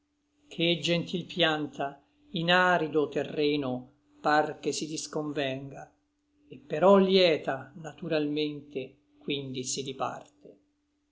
ché gentil pianta in arido terreno par che si disconvenga et però lieta naturalmente quindi si diparte